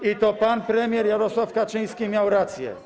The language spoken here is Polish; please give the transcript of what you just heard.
I to pan premier Jarosław Kaczyński miał rację.